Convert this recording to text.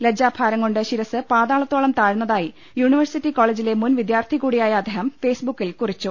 ലജ്ജാ ഭാരംകൊണ്ട് ശിരസ് പാതാളത്തോളം താഴ്ന്നതായി യൂണിവേഴ്സിറ്റി കോളേജിലെ മുൻവിദ്യാർത്ഥികൂടിയായ അദ്ദേഹം ഫേസ്ബുക്കിൽ കുറി ച്ചു